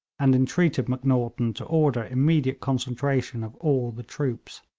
and entreated macnaghten to order immediate concentration of all the troops.